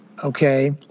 Okay